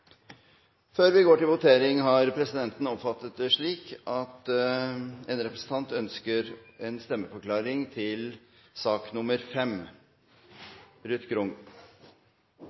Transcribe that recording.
Før vi går til votering, har presidenten oppfattet det slik at representanten Grung ønsker en stemmeforklaring til sak